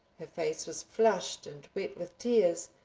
her face was flushed and wet with tears,